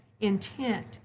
intent